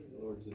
Lord